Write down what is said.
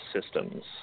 systems